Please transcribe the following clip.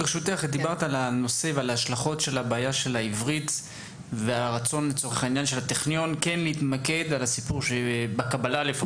דיברת על העברית ועל הרצון של הטכניון להתמקד בזה.